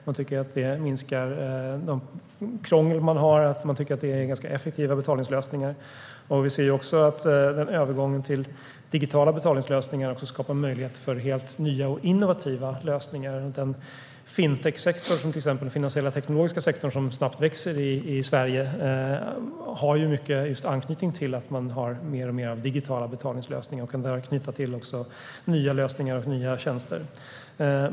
De tycker att det minskar krånglet och att det är effektiva betalningslösningar. Vi ser också att övergången till digitala betalningslösningar skapar möjligheter för helt nya och innovativa lösningar. Den finansteknologiska sektorn, som växer snabbt i Sverige, har mycket anknytning till att man har mer och mer av digitala betalningslösningar och kan också knyta till sig nya lösningar och nya tjänster.